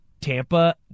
Tampa